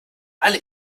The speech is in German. alle